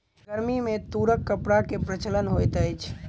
गर्मी में तूरक कपड़ा के प्रचलन होइत अछि